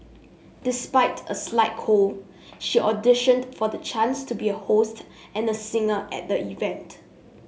despite a slight cold she auditioned for the chance to be a host and a singer at the event